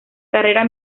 carrera